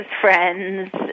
friends